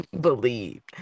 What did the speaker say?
believe